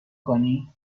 کنی